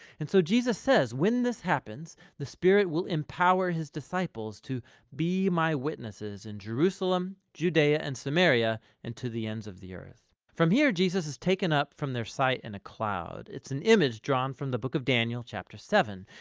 and so, jesus says, when this happens, the spirit will empower his disciples to be my witnesses in jerusalem, judea, and samaria, and to the ends of the earth. from here, jesus is taken up from their sight, and a cloud, it's an image drawn from the book of daniel chapter seven,